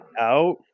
out